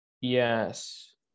Yes